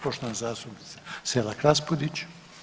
Poštovana zastupnica Selak Raspudić.